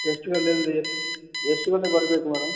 ಎಷ್ಟು ಗಂಟೆಯಿಂದ ಎಷ್ಟು ಎಷ್ಟು ಗಂಟೆಗೆ ಬರಬೇಕು ಮೇಡಮ್